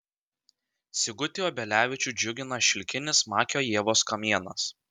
sigutį obelevičių džiugina šilkinis makio ievos kamienas